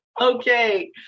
Okay